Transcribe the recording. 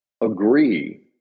agree